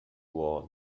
war